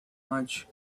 much